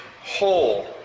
whole